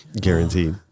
Guaranteed